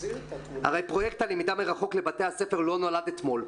הרי פרויקט הלמידה מרחוק לבתי הספר לא נולד אתמול,